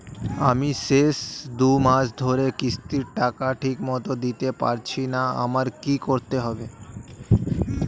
আমি শেষ দুমাস ধরে কিস্তির টাকা ঠিকমতো দিতে পারছিনা আমার কি করতে হবে?